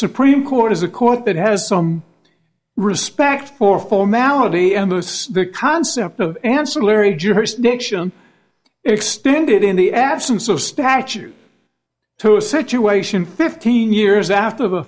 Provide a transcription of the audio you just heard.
supreme court is a court that has some respect for formality and those the concept of ancillary jurisdiction extended in the absence of statute to a situation fifteen years after the